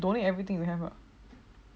donate everything you have lah